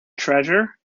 treasure